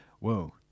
whoa